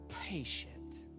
patient